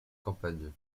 campagne